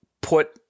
put